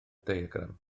diagram